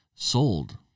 sold